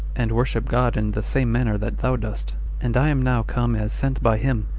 and worship god in the same manner that thou dost and i am now come as sent by him,